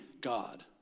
God